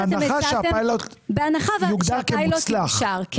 בהנחה שהפיילוט יוגדר כמוצלח.